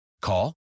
Call